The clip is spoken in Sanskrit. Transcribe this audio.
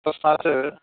तस्मात्